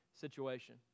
situation